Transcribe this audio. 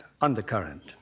*Undercurrent*